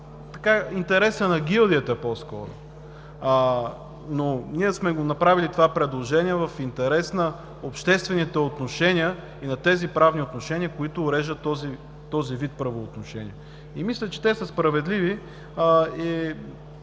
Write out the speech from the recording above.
интереса на гилдията, но ние сме направили това предложение в интерес на обществените отношения и на тези правни отношения, които уреждат този вид правоотношения. Мисля, че те са справедливи